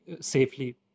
safely